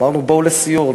אמרנו: בואו לסיור,